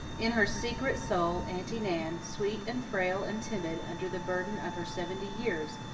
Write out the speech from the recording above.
in her secret soul, aunty nan, sweet and frail and timid under the burden of her seventy years,